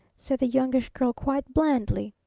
said the youngish girl quite blandly.